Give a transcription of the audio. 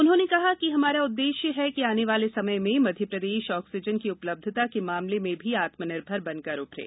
उन्होंने कहा कि हमारा उद्देश्य है कि आने वाले समय में मध्यप्रदेश ऑक्सीजन की उपलब्धता के मामले में भी आत्मनिर्भर बनकर उभरे